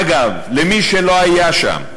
אגב, למי שלא היה שם,